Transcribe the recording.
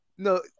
No